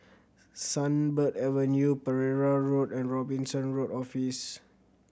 Sunbird Avenue Pereira Road and Robinson Road Office